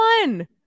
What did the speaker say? one